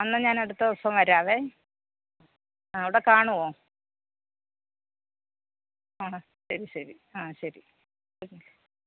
എന്നാൽ ഞാനടുത്ത ദിവസം വരാവേ ആ അവിടെ കാണുമോ ആ ശരി ശരി ആ ശരി ഓക്കെ